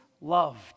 loved